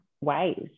ways